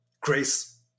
Grace